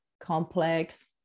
complex